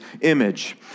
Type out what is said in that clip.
image